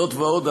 זאת ועוד,